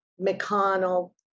McConnell